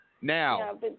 Now